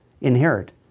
inherit